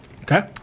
Okay